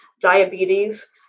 diabetes